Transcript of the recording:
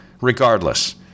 regardless